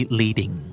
leading